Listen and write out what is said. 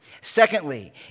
Secondly